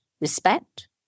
respect